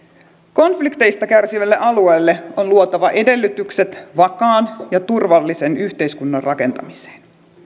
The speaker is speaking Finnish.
konflikteista kärsivälle alueelle on luotava edellytykset vakaan ja turvallisen yhteiskunnan rakentamiseen